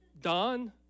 Don